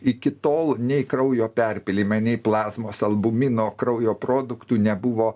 iki tol nei kraujo perpylimai nei plazmos albumino kraujo produktų nebuvo